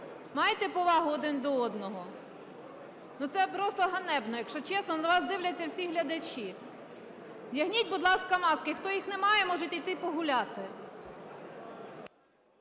Майте повагу один до одного! Ну, це просто ганебно, якщо чесно! На вас дивляться всі глядачі. Вдягніть, будь ласка, маски! Хто їх не має, можете йти погуляти.